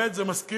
באמת זה מזכיר,